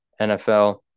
NFL